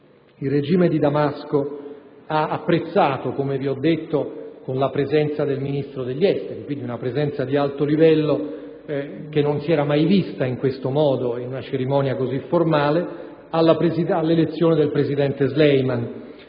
Il regime di Damasco ha apprezzato, come vi ho detto, partecipando con la presenza del Ministro degli esteri - dunque, una presenza di alto livello che non si era mai vista in una cerimonia così formale - all'elezione del presidente Sleiman